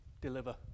deliver